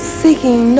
seeking